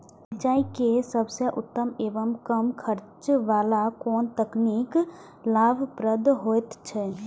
सिंचाई के सबसे उत्तम एवं कम खर्च वाला कोन तकनीक लाभप्रद होयत छै?